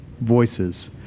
voices